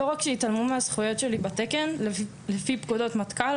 לא רק שהתעלמו מהזכויות שלי בתקן על פי פקודות מטכ"ל